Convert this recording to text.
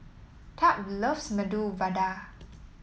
Tab loves Medu Vada